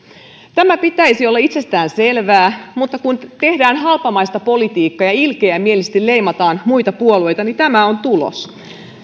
tämän pitäisi olla itsestään selvää mutta kun tehdään halpamaista politiikkaa ja ilkeämielisesti leimataan muita puolueita niin tämä on tulos